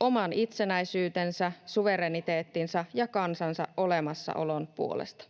oman itsenäisyytensä, suvereniteettinsa ja kansansa olemassaolon puolesta.